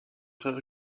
frère